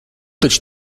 taču